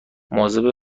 مواظب